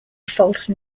false